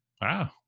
wow